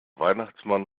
weihnachtsmann